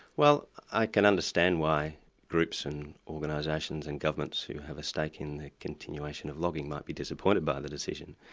well i can understand why groups and organisations and governments who have a stake in the continuation of logging might be disappointed by the decision.